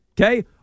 Okay